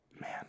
Man